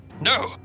No